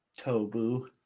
Tobu